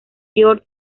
georg